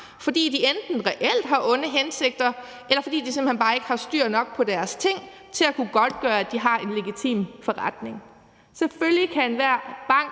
fordi de enten reelt har onde hensigter, eller fordi de simpelt hen bare ikke har styr nok på deres ting til at kunne godtgøre, at de har en legitim forretning.